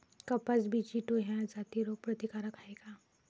कपास BG two ह्या जाती रोग प्रतिकारक हाये का?